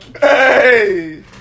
Hey